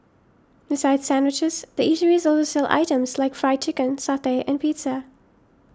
besides sandwiches the eateries also sell items like Fried Chicken satay and pizza